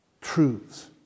truths